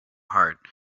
heart